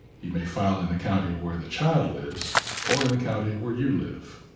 you may file in the county where the child lives or in the county where you live.